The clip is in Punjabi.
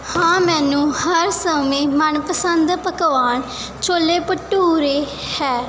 ਹਾਂ ਮੈਨੂੰ ਹਰ ਸਮੇਂ ਮਨ ਪਸੰਦ ਪਕਵਾਨ ਛੋਲੇ ਭਟੂਰੇ ਹੈ